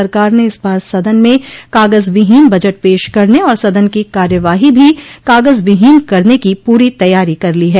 सरकार ने इस बार सदन में कागज विहीन बजट पेश करने और सदन की कार्यवाही भी कागज विहीन करने की पूरी तैयारी कर ली है